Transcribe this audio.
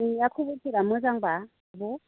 नोंना खब'रफोरा मोजां बा आब'